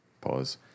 Pause